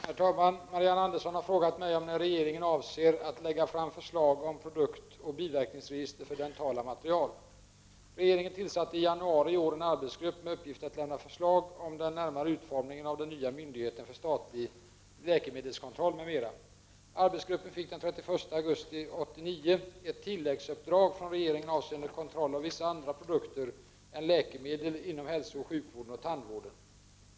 Herr talman! Marianne Andersson har frågat mig om när regeringen avser att lägga fram förslag om produktoch biverkningsregister för dentala material. Regeringen tillsatte i januari i år en arbetsgrupp med uppgift att lämna förslag om den närmare utformningen av den nya myndigheten för statlig läkemedelskontroll m.m. Arbetsgruppen fick den 31 augusti 1989 ett tillläggsuppdrag från regeringen avseende kontroll av vissa andra produkter än läkemedel inom hälsooch sjukvården och tandvården.